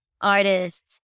artists